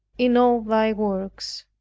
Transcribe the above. in all thy works.